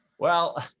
well,